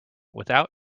without